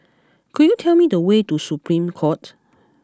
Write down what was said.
could you tell me the way to Supreme Court